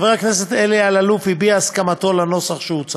חבר הכנסת אלי אלאלוף הביע הסכמתו לנוסח שהוצע.